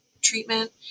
treatment